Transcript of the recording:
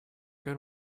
good